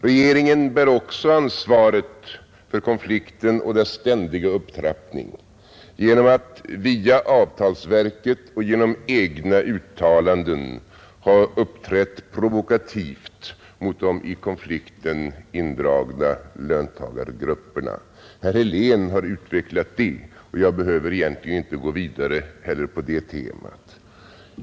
Regeringen bär också ansvaret för konflikten och dess ständiga upptrappning genom att via avtalsverket och genom egna uttalanden ha uppträtt provokativt mot de i konflikten indragna löntagargrupperna. Herr Helén har utvecklat detta, och jag behöver egentligen inte heller gå vidare på det temat.